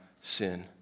sin